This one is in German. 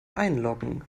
einloggen